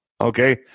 okay